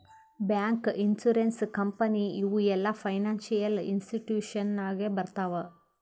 bank, insurance company ಇವು ಎಲ್ಲಾ financial institution ನಾಗೆ ಬರ್ತಾವ್